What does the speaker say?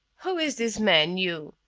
who is this man, you?